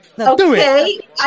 Okay